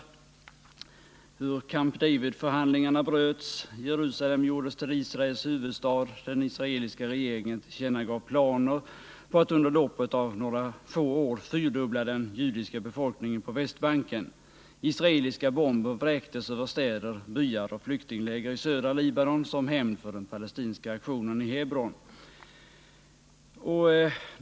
Han redogjorde för hur Camp David-förhandlingarna avbröts, hur Jerusalem gjordes till Israels huvudstad, hur den israeliska regeringen tillkännagav planer på att under loppet av några få år fyrdubbla den judiska befolkningen på Västbanken och för hur israeliska bomber vräktes över städer, byar och flyktingläger i södra Libanon som hämnd för den palestinska aktionen i Hebron.